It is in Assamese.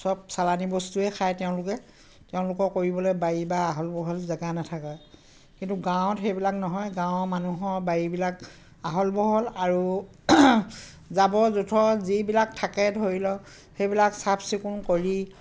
চব চালানী বস্তুৱে খায় তেওঁলোকে তেওঁলোকৰ কৰিবলৈ বাৰী বা আহল বহল জেগা নাথাকে কিন্তু গাঁৱত সেইবিলাক নহয় গাঁৱৰ মানুহৰ বাৰীবিলাক আহল বহল আৰু জাবৰ জোথৰ যিবিলাক থাকে ধৰি লওক সেইবিলাক চাফচিকুণ কৰি